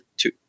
two